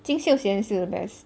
金秀贤 is still the best